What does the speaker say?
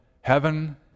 heaven